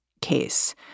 case